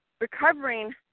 recovering